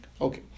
Okay